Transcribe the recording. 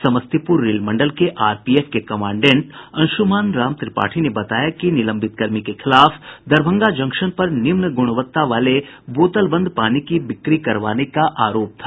Samastipur rail मंडल के RPF के कमान्डेंट अंशुमान राम त्रिपाठी ने बताया कि निलंबित कर्मी के खिलाफ दरभंगा जंक्शन पर निम्न गुणवत्ता वाले बोतल बंद पानी की बिक्री करवाने का आरोप था